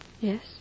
Yes